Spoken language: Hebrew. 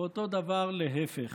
ואותו דבר להפך.